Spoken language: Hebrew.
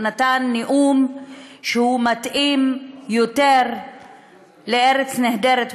הוא נתן נאום שהוא מתאים יותר לארץ נהדרת,